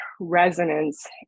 resonance